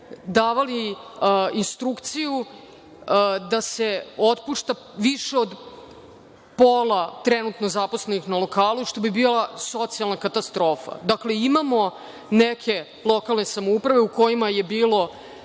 davali instrukciju da se otpušta više od pola trenutno zaposlenih na lokalu, što bi bila socijalna katastrofa. Dakle, imamo neke lokalne samouprave kojima je bilo